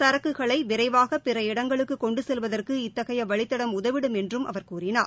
சரக்குகளை விரைவாக பிற இடங்களுக்கு கொண்டு செல்வதற்கு இத்தகைய வழித்தடம் உதவிடும் என்றும் அவர் கூறினார்